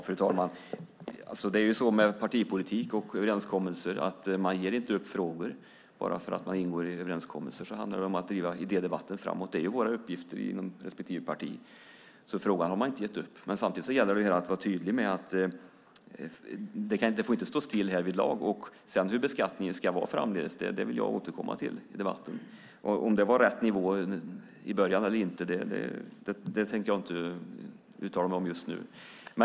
Fru talman! Det är ju så med partipolitik och överenskommelser att man inte ger upp frågor. Även om man ingår överenskommelser handlar det om att driva idédebatten framåt. Det är våra uppgifter inom respektive parti. Frågan har man inte gett upp. Men samtidigt gäller det att vara tydlig med att det inte får stå stilla. Hur beskattningen ska vara framdeles vill jag återkomma till i debatten. Om det var rätt nivå i början eller inte tänker jag inte uttala mig om just nu.